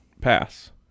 pass